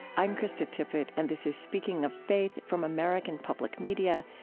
i am krista tippett, and this is speaking of faith from american public media.